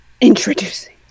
Introducing